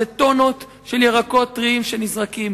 זה טונות של ירקות טריים שנזרקים.